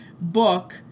book